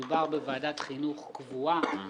מדובר בוועדת חינוך קבועה,